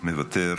מוותר.